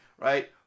right